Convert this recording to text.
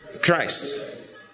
Christ